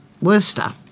Worcester